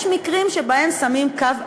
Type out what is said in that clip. יש מקרים שבהם שמים קו אדום.